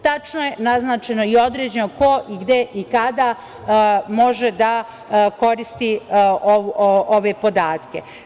Tačno je naznačeno i određeno ko, gde i kada može da koristi ove podatke.